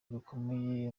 rukomeye